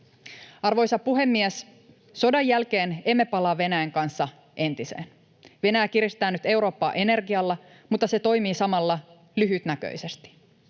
Arvoisa puhemies! Sodan jälkeen emme palaa Venäjän kanssa entiseen. Venäjä kiristää nyt Eurooppaa energialla, mutta se toimii samalla lyhytnäköisesti.